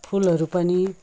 फुलहरू पनि